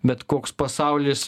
bet koks pasaulis